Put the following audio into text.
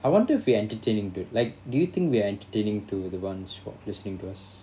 I wonder if we're entertaining to like do you think we are entertaining to the ones who are listening to us